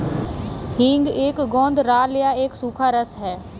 हींग एक गोंद राल या एक सूखा रस है